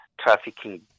trafficking